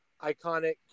iconic